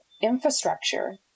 infrastructure